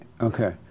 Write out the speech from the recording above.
Okay